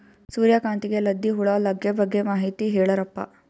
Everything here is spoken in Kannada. ಸೂರ್ಯಕಾಂತಿಗೆ ಲದ್ದಿ ಹುಳ ಲಗ್ಗೆ ಬಗ್ಗೆ ಮಾಹಿತಿ ಹೇಳರಪ್ಪ?